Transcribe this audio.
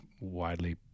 widely